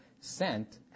sent